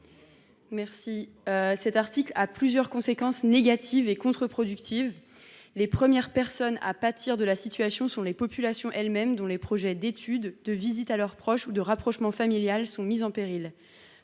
rectifié. Cet article emporte plusieurs conséquences négatives et contre productives. Les premières personnes à pâtir d’une telle situation sont les populations elles mêmes, dont les projets d’études, de visites à leurs proches ou de rapprochement familial sont mis en péril.